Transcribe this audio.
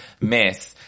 miss